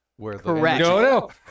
Correct